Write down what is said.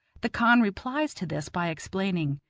the khan replies to this by explaining,